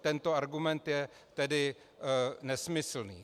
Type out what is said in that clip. Tento argument je tedy nesmyslný.